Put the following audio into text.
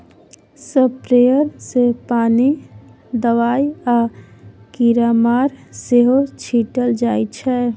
sprayer सँ पानि, दबाइ आ कीरामार सेहो छीटल जाइ छै